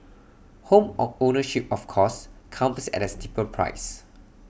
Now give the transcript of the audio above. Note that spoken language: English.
home of ownership of course comes at A steeper price